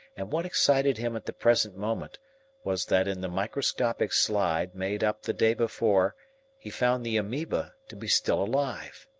and what excited him at the present moment was that in the microscopic slide made up the day before he found the amoeba to be still alive.